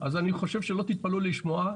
אז אני חושב שלא תתפלאו לשמוע,